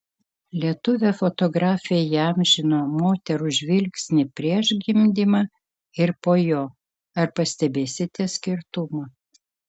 lietuvė fotografė įamžino moterų žvilgsnį prieš gimdymą ir po jo ar pastebėsite skirtumą